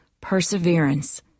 perseverance